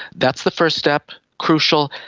that's the first step. crucial.